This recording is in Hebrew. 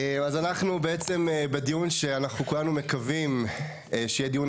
אז אנחנו בעצם בדיון שאנחנו כולנו מקווים שיהיה דיון